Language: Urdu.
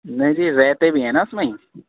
نہیں جی رہتے بھی ہیں نا اس میں ہی